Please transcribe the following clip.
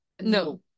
No